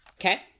Okay